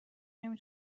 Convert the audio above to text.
نمی